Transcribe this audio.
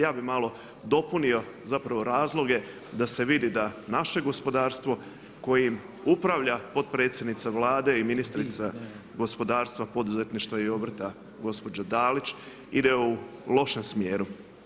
Ja bih malo dopunio zapravo razloge da se vidi da naše gospodarstvo kojim upravlja potpredsjednica Vlade i ministrica gospodarstva, poduzetništva i obrta gospođa Dalić ide u lošem smjeru.